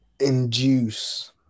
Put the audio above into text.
induce